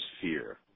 fear